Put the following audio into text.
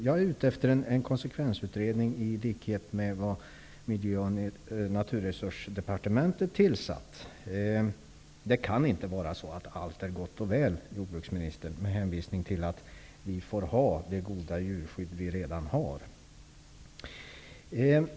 Jag efterlyser en konsekvensutredning, i likhet med den som Miljöoch naturresursdepartementet har tillsatt. Det kan inte vara så att allt är gott och väl, jordbruksministern, med hänvisning till att vi får ha kvar det goda djurskydd vi redan har.